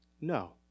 No